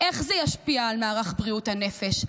איך זה ישפיע על מערך בריאות הנפש?